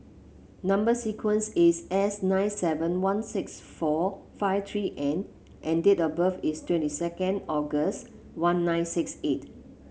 number sequence is S nine seven one six four five three N and date of birth is twenty second August one nine six eight